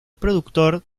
productor